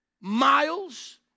miles